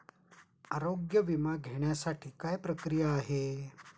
आरोग्य विमा घेण्यासाठी काय प्रक्रिया आहे?